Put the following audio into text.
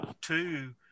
Two